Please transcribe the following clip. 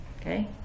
okay